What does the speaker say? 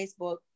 Facebook